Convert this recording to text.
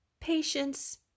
Patience